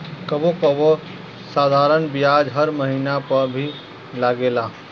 कबो कबो साधारण बियाज हर महिना पअ भी लागेला